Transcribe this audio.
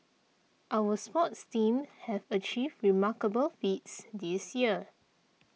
our sports teams have achieved remarkable feats this year